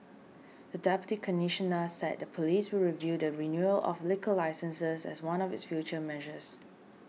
the Deputy Commissioner said the police will review the renewal of liquor licences as one of its future measures